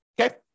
okay